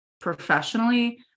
professionally